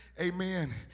Amen